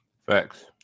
Facts